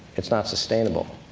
it's not sustainable.